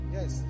Yes